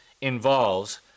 involves